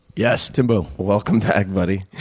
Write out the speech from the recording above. yes, timbo? welcome back, buddy.